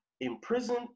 imprisoned